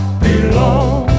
belong